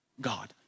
God